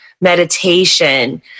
meditation